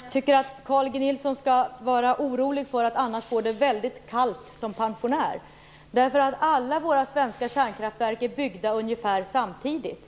Herr talman! Jag tycker att Carl G Nilsson har anledning att känna oro, för det kan bli väldigt kallt för honom som pensionär. Alla våra kärnkraftverk är nämligen byggda ungefär samtidigt.